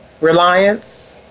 reliance